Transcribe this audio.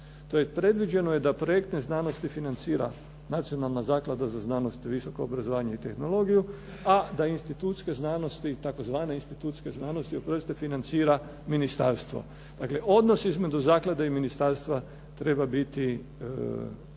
predviđeno je da projektne znanosti financira Nacionalna zaklada za znanost i visoko obrazovanje i tehnologiju, a da institutske znanosti, tzv. institutske znanosti financira ministarstvo. Dakle odnos između zaklade i ministarstva treba biti riješen